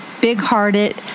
big-hearted